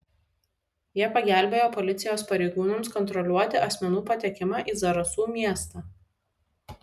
jie pagelbėjo policijos pareigūnams kontroliuoti asmenų patekimą į zarasų miestą